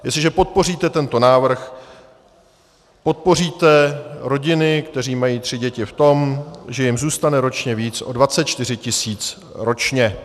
Jestliže podpoříte tento návrh, podpoříte rodiny, které mají tři děti, v tom, že jim zůstane ročně víc o 24 tisíc ročně.